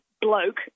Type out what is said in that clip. bloke